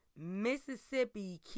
Mississippi